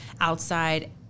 outside